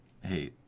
hey